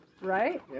right